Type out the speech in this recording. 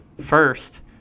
first